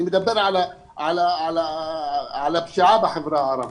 אני מדבר על הפשיעה בחברה הערבית.